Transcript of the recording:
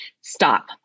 stop